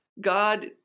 God